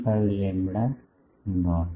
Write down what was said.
75 lambda not